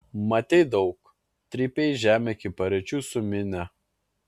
matei daug trypei žemę iki paryčių su minia